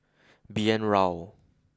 B N Rao